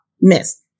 miss